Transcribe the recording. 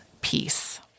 peace